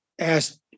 asked